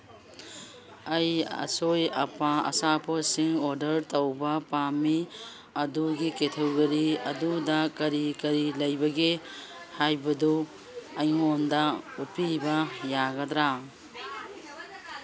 ꯑꯩ ꯑꯆꯣꯏ ꯑꯄꯥ ꯑꯆꯥꯄꯣꯠꯁꯤꯡ ꯑꯣꯔꯗꯔ ꯇꯧꯕ ꯄꯥꯝꯃꯤ ꯑꯗꯨꯒꯤ ꯀꯦꯇꯦꯒꯣꯔꯤ ꯑꯗꯨꯗ ꯀꯔꯤ ꯀꯔꯤ ꯂꯩꯕꯒꯦ ꯍꯥꯏꯕꯗꯨ ꯑꯩꯉꯣꯟꯗ ꯎꯠꯄꯤꯕ ꯌꯥꯒꯗ꯭ꯔꯥ